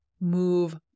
move